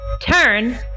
Turn